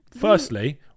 Firstly